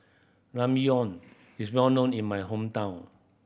Ramyeon is well known in my hometown